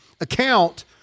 account